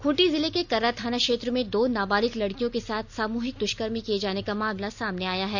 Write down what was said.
खूंटी जिले के कर्रा थाना क्षेत्र में दो नाबालिग लड़कियों के साथ सामूहिक दृष्कर्म किए जाने का मामला सामने आया है